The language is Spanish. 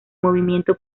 movimiento